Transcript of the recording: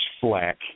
flack